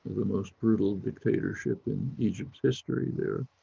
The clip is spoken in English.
the most brutal dictatorship in egypt's history there.